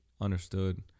understood